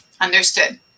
understood